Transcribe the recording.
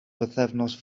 bythefnos